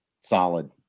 solid